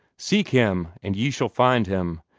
seek him, and you shall find him!